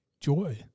joy